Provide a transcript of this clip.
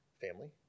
family